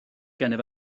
gennyf